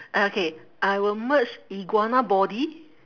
okay I will merge iguana body